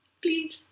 Please